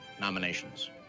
nominations